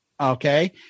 okay